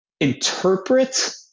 interpret